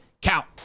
count